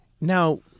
Now